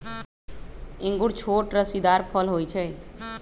इंगूर छोट रसीदार फल होइ छइ